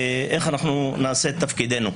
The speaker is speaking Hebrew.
אז קודם כול שיהיו את הכלים ורק אחר כך תבטלו את הכלים